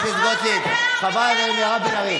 53 בעד, שבעה מתנגדים, אין נמנעים.